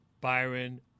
Byron